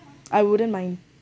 I wouldn't mind